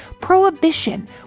Prohibition